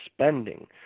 spending